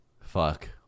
Fuck